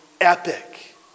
epic